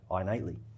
innately